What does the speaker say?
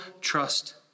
trust